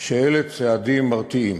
שאלה צעדים מרתיעים,